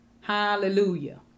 Hallelujah